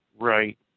Right